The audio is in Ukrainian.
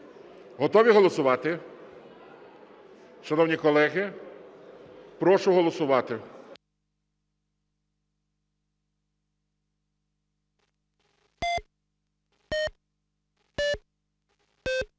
Готові голосувати? Шановні колеги, прошу голосувати.